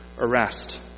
arrest